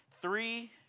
Three